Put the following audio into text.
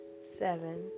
seven